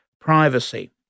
privacy